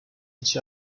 each